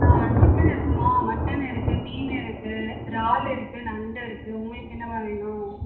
ஆ chicken இருக்குதுமா mutton இருக்குது மீன் இருக்குது இறால் இருக்குது நண்டிருக்கு உங்களுக்கென்னமா வேணும்